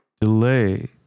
Delay